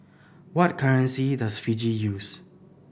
what currency does Fiji use